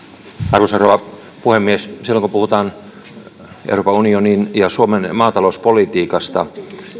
arvoisa rouva puhemies silloin kun puhutaan euroopan unionin ja suomen maatalouspolitiikasta